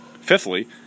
Fifthly